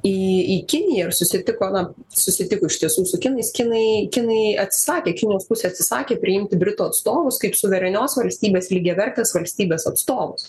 į į kiniją ir susitiko na susitiko iš tiesų su kinais kinai kinai atsisakė kinijos pusė atsisakė priimti britų atstovus kaip suverenios valstybės lygiavertės valstybės atstovus